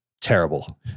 Terrible